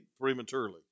prematurely